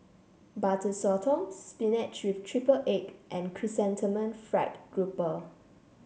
Butter Sotong spinach with triple egg and Chrysanthemum Fried Grouper